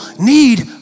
need